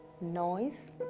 Noise